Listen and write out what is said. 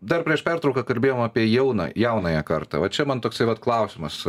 dar prieš pertrauką kalbėjom apie jauną jaunąją kartą va čia man toksai vat klausimas